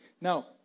Now